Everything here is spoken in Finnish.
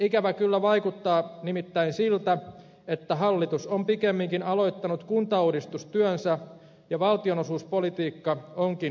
ikävä kyllä vaikuttaa nimittäin siltä että hallitus on pikemminkin aloittanut kuntauudistustyönsä ja valtionosuuspolitiikka onkin osa sitä